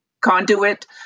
conduit